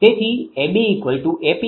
તેથી ABAP PB છે